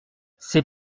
c’est